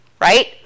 right